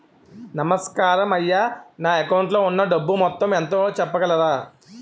నమస్కారం అయ్యా నా అకౌంట్ లో ఉన్నా డబ్బు మొత్తం ఎంత ఉందో చెప్పగలరా?